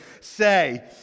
say